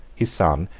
his son,